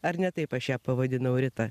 ar ne taip aš ją pavadinau rita